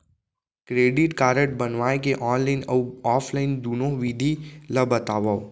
Credit card बनवाए के online अऊ ऑफलाइन दुनो विधि ला बतावव?